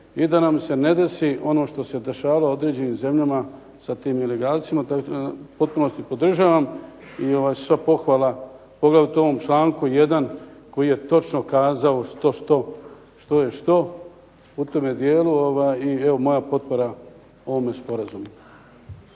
I da nam se ne desi ono što se dešava određenim zemljama sa tim ilegalcima tako, u potpunosti podržavam i sva pohvala poglavito ovom članku 1. koji je kazao što je što u tome dijelu. I evo moja potpora ovome sporazumu.